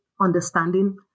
understanding